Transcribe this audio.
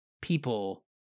people